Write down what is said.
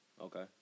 Okay